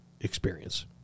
experience